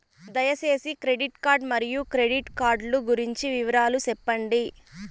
దయసేసి credit card మరియు credit card లు గురించి వివరాలు సెప్పండి?